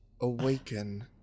awaken